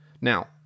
Now